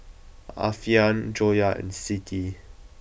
Alfian Joyah and Siti